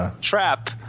trap